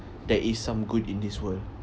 there is some good in this world